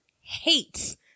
hates